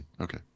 Okay